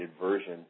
version